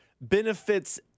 benefits